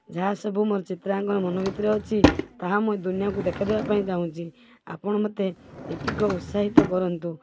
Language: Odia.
ଯାହାସବୁ ମୋର ଚିତ୍ରାଙ୍କନ ମନ ଭିତରେ ଅଛି ତାହା ମୁଁ ଦୁନିଆକୁ ଦେଖାଇ ଦବା ପାଇଁ ଚାହୁଁଛି ଆପଣ ମୋତେ ଏତିକି ଉତ୍ସାହିତ କରନ୍ତୁ